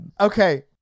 Okay